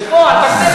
ופה בכנסת,